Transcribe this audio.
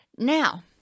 Now